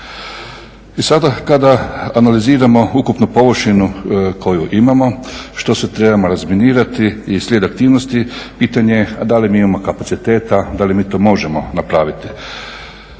I sada kada analiziramo ukupnu površinu koju imamo što sve trebamo razminirati i slijed aktivnosti, pitanje je da li mi imamo kapaciteta, da li mi to možemo napraviti.